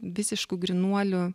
visiškų grynuolių